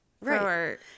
Right